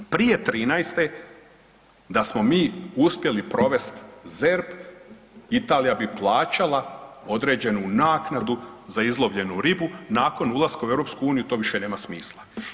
Prije '13. da smo mi uspjeli provest ZERP Italija bi plaćala određenu naknadu za izlovljenu ribu, nakon ulaska u EU to više nema smisla.